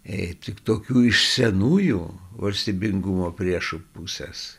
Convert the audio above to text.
jei tik tokių iš senųjų valstybingumo priešų pusės